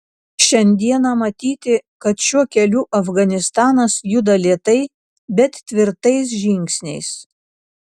šiandieną matyti kad šiuo keliu afganistanas juda lėtai bet tvirtais žingsniais